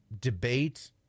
debate